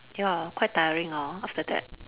ya quite tiring hor after that